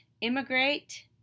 immigrate